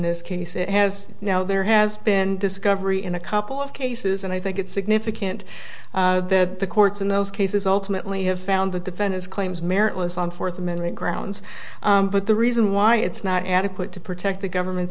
this case it has now there has been discovery in a couple of cases and i think it's significant that the courts in those cases ultimately have found the defend his claims meritless on fourth amendment grounds but the reason why it's not adequate to protect the government's